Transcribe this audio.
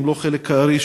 אם לא חלק הארי,